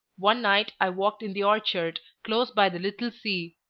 one night i walked in the orchard close by the little sea.